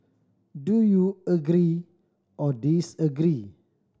do you agree or disagree